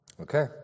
Okay